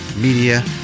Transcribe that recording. Media